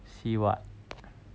see what